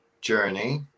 journey